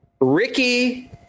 Ricky